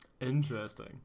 Interesting